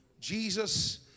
Jesus